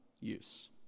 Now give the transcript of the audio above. use